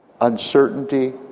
uncertainty